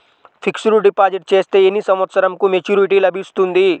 Fixed deposit చేస్తే ఎన్ని సంవత్సరంకు మెచూరిటీ లభిస్తుంది?